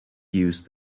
used